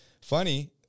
Funny